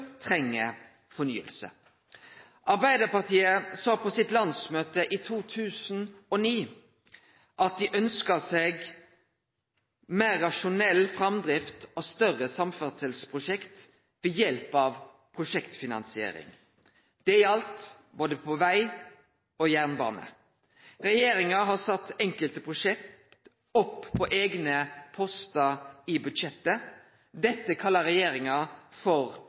treng fornying. Arbeidarpartiet sa på sitt landsmøte i 2009 at dei ønskte seg meir rasjonell framdrift av større samferdselsprosjekt ved hjelp av prosjektfinansiering. Det galdt både på veg og jernbane. Regjeringa har sett enkelte prosjekt opp på eigne postar i budsjettet. Dette kallar regjeringa for